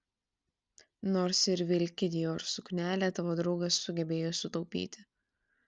nors ir vilki dior suknelę tavo draugas sugebėjo sutaupyti